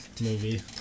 movie